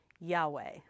Yahweh